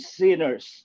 sinners